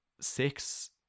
six